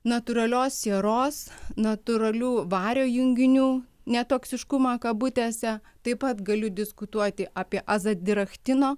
natūralios sieros natūralių vario junginių netoksiškumą kabutėse taip pat galiu diskutuoti apie azadirachtino